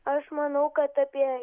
aš manau kad apie